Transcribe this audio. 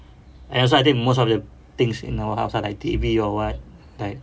and also I think most of the things in our house ah like T_V or what like